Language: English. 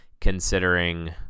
considering